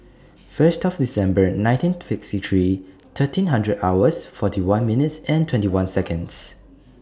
First December nineteen sixty three thirteen hundred hours forty one minutes and twenty one Seconds